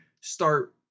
start